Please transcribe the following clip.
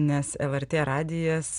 nes lrt radijas